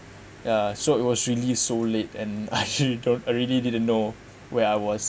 yeah so it was really so late and I you don't I really didn't know where I was